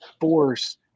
force